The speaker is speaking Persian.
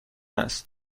است